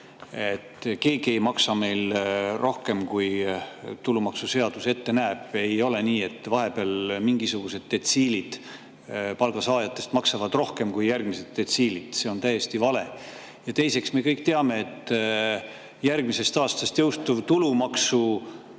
keegi ei maksa meil rohkem, kui tulumaksuseadus ette näeb. Ei ole nii, et vahepeal mingisugused detsiilid palgasaajatest maksavad rohkem kui järgmised detsiilid. See on täiesti vale [arusaam]. Teiseks, me kõik teame, et järgmisest aastast jõustuv tulumaksumuudatus